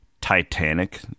Titanic